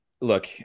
look